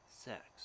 sex